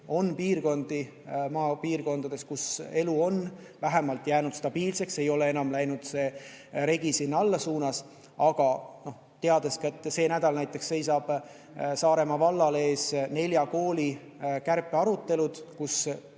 on piirkondi maapiirkondades, kus elu on vähemalt jäänud stabiilseks, ei ole enam läinud see regi allapoole. Aga tean ka, et see nädal näiteks seisab Saaremaa vallal ees nelja kooli kärpe arutelud, kus